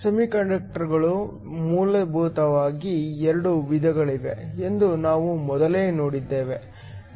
ಸೆಮಿಕಂಡಕ್ಟರ್ಗಳು ಮೂಲಭೂತವಾಗಿ 2 ವಿಧಗಳಾಗಿವೆ ಎಂದು ನಾವು ಮೊದಲೇ ನೋಡಿದ್ದೇವೆ